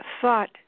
thought